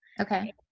Okay